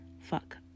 fuck